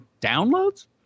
downloads